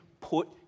Put